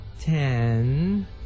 ten